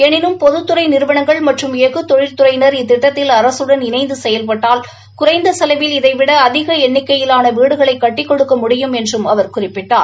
எனினும் பொதுத்துறை நிறுவனங்கள் மற்றும் எஃகு தொழில்துறையினர் இத்திட்டத்தில் அரசுடன் இணைந்து செயல்பட்டால் குறைந்த செலவில் இதைவிட அதிக எண்ணிக்கையிலாள வீடுகளை கட்டிக் கொடுக்க முடியும் என்றும் அவர் குறிப்பிட்டார்